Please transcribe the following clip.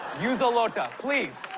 use a lota, please.